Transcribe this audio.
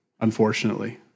unfortunately